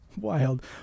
Wild